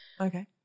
Okay